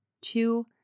Two